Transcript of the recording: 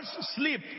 sleep